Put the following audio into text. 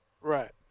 Right